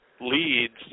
leads